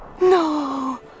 No